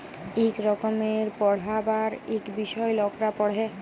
ইক রকমের পড়্হাবার ইক বিষয় লকরা পড়হে